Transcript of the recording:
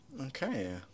Okay